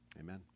Amen